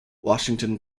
washington